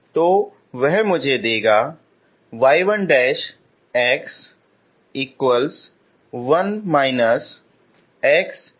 तो वह मुझे देगा